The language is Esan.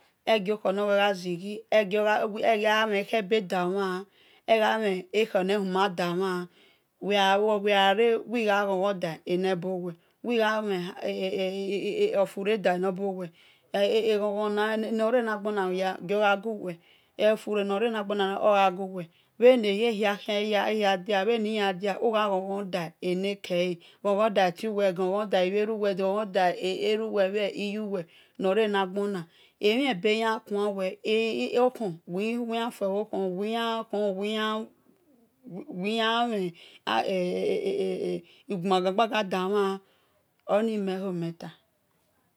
Egie-khonoweh-gha zighi egha mhe kho e beh da-omhan egha mhe ekho ne khuma-da o mhan wi gha mhe ofure da ibowa egho-gho no renagbonahia gio ghaguweh ofure nore nagbona hia gio gha guwel ugha ghon ghon du etiuwe ghon ghon dai ebhieruwe eruwe bhi iyuwe nor re nagbona emhebe yan kuan weh wi gbafo bho khon wi-yan ghon wi-yan mhen e̱ e̱ gbagan gbagan da mhan oni meh ho-ni meh tah